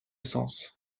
sens